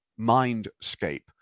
mindscape